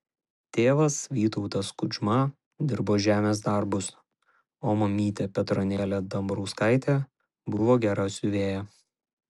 tėvas vytautas kudžma dirbo žemės darbus o mamytė petronėlė dambrauskaitė buvo gera siuvėja